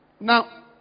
Now